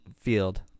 field